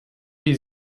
die